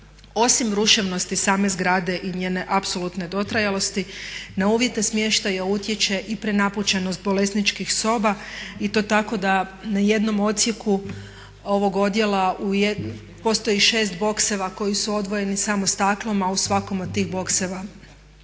Osim ruševnosti same zgrade i njene apsolutne dotrajalosti na uvjete smještaja utječe i prenapučenost bolesničkih soba i to tako da na jednom odsjeku ovog odjela postoji 6 bokseva koji su odvojeni samo staklom, a u svakom od tih bokseva